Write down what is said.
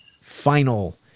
final